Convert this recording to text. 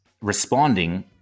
responding